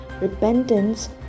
repentance